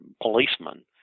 policemen